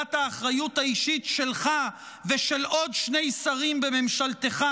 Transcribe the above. בשאלת האחריות האישית שלך ושל עוד שני שרים בממשלתך,